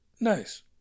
Nice